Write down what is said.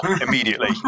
immediately